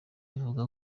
ivuga